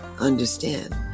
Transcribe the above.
understand